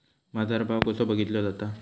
बाजार भाव कसो बघीतलो जाता?